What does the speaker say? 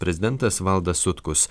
prezidentas valdas sutkus